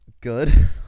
good